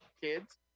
Kids